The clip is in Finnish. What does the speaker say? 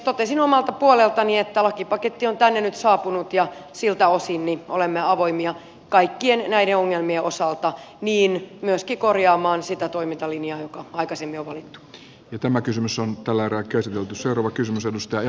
totesin omalta puoleltani että lakipaketti on tänne nyt saapunut ja siltä osin olemme avoimia kaikkien näiden ongelmien osalta myöskin korjaamaan sitä toimintalinjaa joka aikaisemmin on valittu